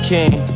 King